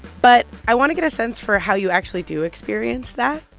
but i want to get a sense for how you actually do experience that.